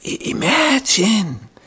imagine